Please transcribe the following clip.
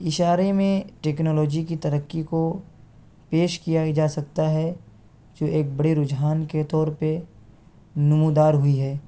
اشارے میں ٹیکنولوجی کی ترقی کو پیش کیا جا سکتا ہے جو ایک بڑے رجحان کے طور پہ نمودار ہوئی ہے